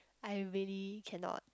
I really cannot